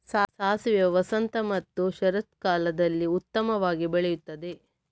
ಸಾಸಿವೆ ವಸಂತ ಮತ್ತು ಶರತ್ಕಾಲದಲ್ಲಿ ಉತ್ತಮವಾಗಿ ಬೆಳೆಯುತ್ತದೆ